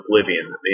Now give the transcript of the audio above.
Oblivion